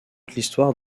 l’histoire